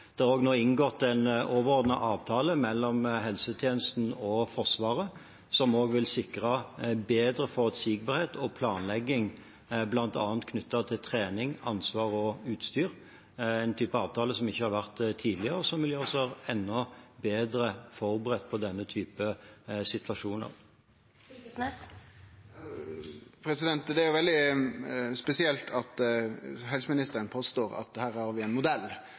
Det er nå inngått en overordnet avtale mellom helsetjenesten og Forsvaret, som også vil sikre bedre forutsigbarhet og planlegging, bl.a. knyttet til trening, ansvar og utstyr – en type avtale en ikke har hatt tidligere, og som vil gjøre oss enda bedre forberedt på denne typen situasjoner. Torgeir Knag Fylkesnes – til oppfølgingsspørsmål. Det er veldig spesielt at helseministeren påstår at vi har ein modell kor vi